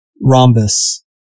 rhombus